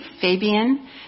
Fabian